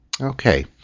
Okay